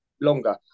longer